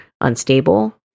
unstable